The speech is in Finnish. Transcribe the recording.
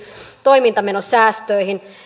toimintamenosäästöihin